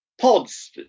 pods